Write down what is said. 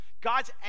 God's